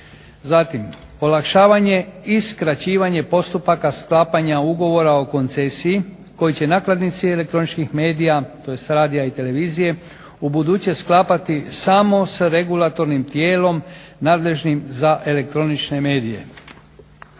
Zatim, olakšavanje i skraćivanje postupaka sklapanja ugovora o koncesiji koji će nakladnici elektroničkih medija tj. radija i televizije ubuduće sklapati samo sa regulatornim tijelom nadležnim za elektroničke medije.